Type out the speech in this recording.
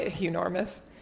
enormous